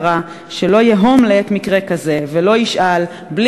לא ייתכן ציבור בר-הכרה / שלא ייהום לעת מקרה כזה ולא ישאל (בלי